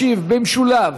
ישיב במשולב